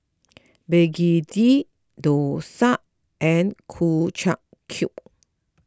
Begedil Dosa and Ku Chai Kuih